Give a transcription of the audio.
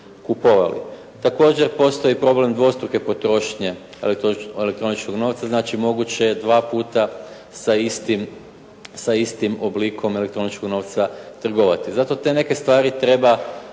Također postoji problem dvostruke potrošnje elektroničnog novca, znači moguće je dva puta sa istim oblikom elektroničnog novca trgovati. Zato te neke stvari treba